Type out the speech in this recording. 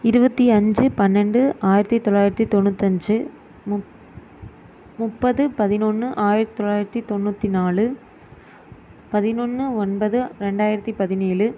இருபத்தி அஞ்சு பன்னெண்டு ஆயிரத்து தொள்ளாயிரத்தி தொண்ணூத்தஞ்சு முப் முப்பது பதினொன்று ஆயிரத்து தொள்ளாயிரத்தி தொண்ணூற்றி நாலு பதினொன்று ஒன்பது ரெண்டாயிரத்து பதினேழு